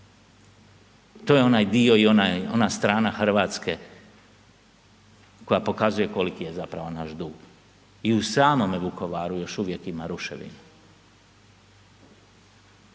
to je onaj dio i ona strana Hrvatske koja pokazuje koliki je zapravo naš dug. I u samome Vukovaru još uvijek ima ruševina.